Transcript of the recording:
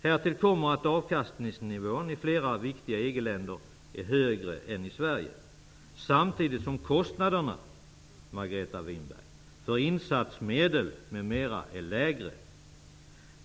Härtill kommer att avkastningsnivån i flera viktiga EG länder är högre än i Sverige samtidigt som kostnaderna, Margareta Winberg, för insatsmedel m.m. är lägre.